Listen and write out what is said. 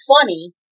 funny